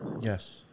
Yes